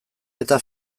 eta